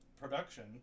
production